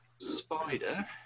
spider